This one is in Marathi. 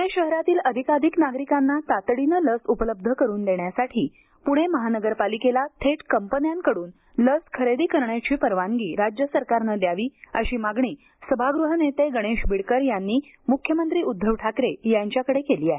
प्णे शहरातील अधिकाधिक नागरिकांना तातडीनं लस उपलब्ध करून देण्यासाठी पुणे महानगरपालिकेला थेट कंपन्यांकडून लस खरेदी करण्याची परवानगी राज्य सरकारनं द्यावी अशी मागणी सभाग्रह नेते गणेश बिडकर यांनी मुख्यमंत्री उद्धव ठाकरे यांच्याकडे केली आहे